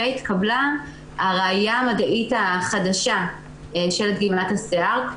והתקבלה הראיה המדעית החדשה של דגימת השיער.